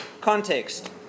Context